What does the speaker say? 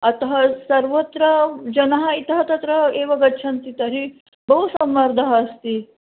अतः सर्वत्र जनाः इतः तत्र एव गच्छन्ति तर्हि बहु सम्मर्दः अस्ति